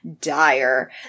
dire